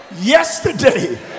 yesterday